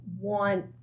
want